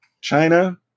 China